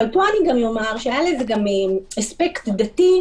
אבל פה אני גם אומר שהיה לזה גם אספקט דתי.